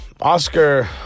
Oscar